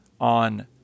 on